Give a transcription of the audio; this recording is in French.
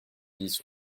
dix